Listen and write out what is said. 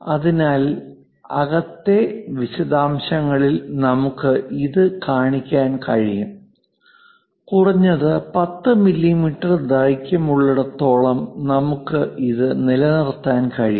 അതിനാൽ അകത്തെ വിശദാംശങ്ങളിൽ നമുക്ക് ഇത് കാണിക്കാൻ കഴിയും കുറഞ്ഞത് 10 മില്ലീമീറ്റർ ദൈർഘ്യമുള്ളിടത്തോളം നമുക്ക് ഇത് നിലനിർത്താൻ കഴിയും